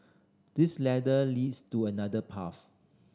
this ladder leads to another path